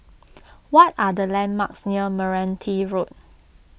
what are the landmarks near Meranti Road